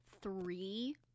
three